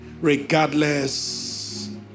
regardless